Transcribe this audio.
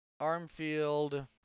Armfield